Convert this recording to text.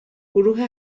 گروه